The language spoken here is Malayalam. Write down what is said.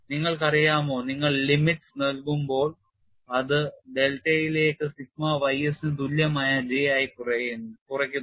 നിങ്ങൾക്കറിയാമോ നിങ്ങൾ limits നൽകുമ്പോൾ അത് ഡെൽറ്റയിലേക്ക് സിഗ്മ ys ന് തുല്യമായ J ആയി കുറയ്ക്കുന്നു